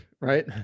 right